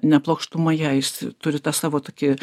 ne plokštumoje jis turi tą savo tokį